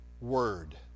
word